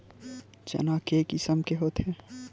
चना के किसम के होथे?